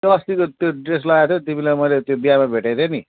त्यो अस्तिको त्यो ड्रेस लगाएको थियौ तिमीलाई मैले त्यो बिहामा भेटेको थिएँ नि